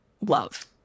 love